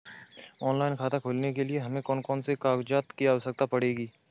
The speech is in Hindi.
ऑनलाइन खाता खोलने के लिए हमें कौन कौन से कागजात की आवश्यकता पड़ेगी?